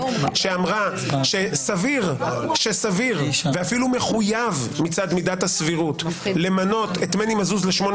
שאמרה שסביר ואפילו מחויב מצד מידת הסבירות למנות את מני מזוז לשמונה